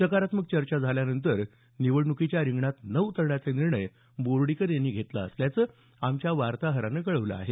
सकारात्मक चर्चा झाल्यानंतर निवडणुकीच्या रिंगणात न उतरण्याचा निर्णय बोर्डीकर यांनी घेतला असल्याचं आमच्या वार्ताहरानं कळवलं आहे